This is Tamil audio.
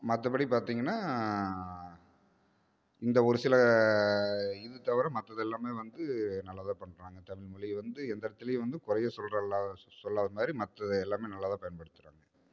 மற்றபடி பார்த்திங்கன்னா இந்த ஒரு சில இது தவிர மற்றதெல்லாமே வந்து நல்லா தான் பண்ணுறாங்க தமிழ் மொழியை வந்து எந்த இடத்துலையும் வந்து குறையே சொல்றல்லா சொல்லாதமாதிரி மற்றதெல்லாமே நல்லா தான் பயன்படுத்துறாங்க